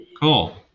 Cool